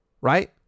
Right